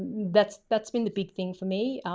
that's, that's been the big thing for me,